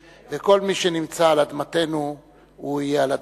וכל מי שנמצא על אדמתנו הוא יהיה על אדמתנו.